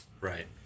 Right